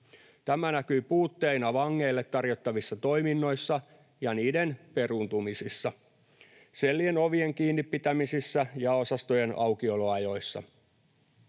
Tämä näkyy puutteina vangeille tarjottavissa toiminnoissa ja niiden peruuntumisissa, sellien ovien kiinnipitämisissä ja osastojen aukioloajoissa.